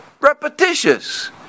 repetitious